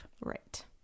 Right